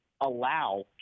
allow